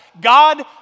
God